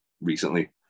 recently